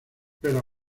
pero